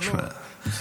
תשמע -- לא,